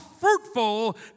fruitful